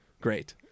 great